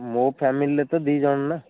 ମୋ ଫ୍ୟାମିଲିରେ ତ ଦୁଇ ଜଣ ନା